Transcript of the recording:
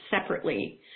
separately